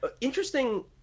Interesting